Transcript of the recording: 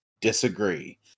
disagree